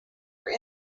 were